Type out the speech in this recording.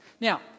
now